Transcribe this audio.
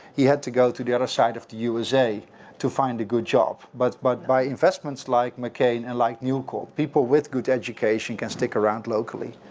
he had to go to the other side of the usa to find a good job. but but by investments like mccain and like newcold, people with good education can stick around locally.